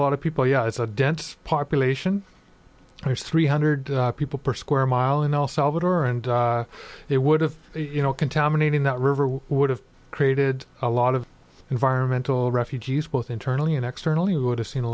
lot of people yeah it's a dense population there's three hundred people per square mile in el salvador and they would have you know contaminating that river which would have created a lot of environmental refugees both internally and externally would have seen a